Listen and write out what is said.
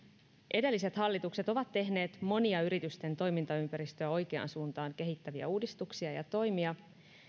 edelliset hallitukset ovat tehneet monia yritysten toimintaympäristöä oikeaan suuntaan kehittäviä uudistuksia ja toimia